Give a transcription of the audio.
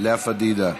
לאה פדידה,